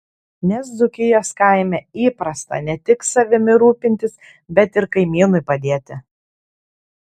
nes dzūkijos kaime įprasta ne tik savimi rūpintis bet ir kaimynui padėti